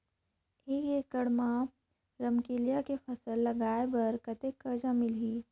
एक एकड़ मा रमकेलिया के फसल लगाय बार कतेक कर्जा मिलही?